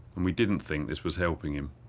and we didn't think this was helping him.